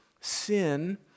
sin